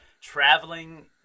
traveling